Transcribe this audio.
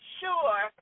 sure